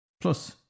Plus